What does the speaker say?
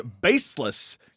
baseless